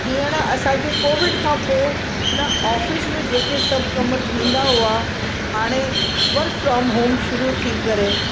हीअंर असांखे कोविड खां पोइ त ऑफ़िस में जेके सभु कमु थींदा हुआ हाणे वर्क फ्रॉम होम शुरू थी करे